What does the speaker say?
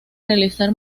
realizar